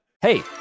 Hey